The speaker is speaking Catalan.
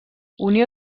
unió